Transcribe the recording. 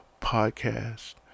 Podcast